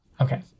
Okay